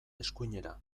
eskuinera